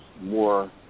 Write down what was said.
more